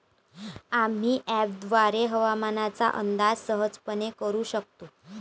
आम्ही अँपपद्वारे हवामानाचा अंदाज सहजपणे करू शकतो